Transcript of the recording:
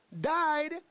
died